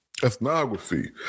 Ethnography